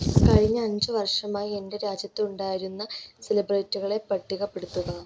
കഴിഞ്ഞ അഞ്ച് വർഷമായി എന്റെ രാജ്യത്തുണ്ടായിരുന്ന സെലിബ്രിറ്റികളെ പട്ടികപ്പെടുത്തുക